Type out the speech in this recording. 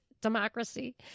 democracy